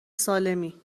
سالمی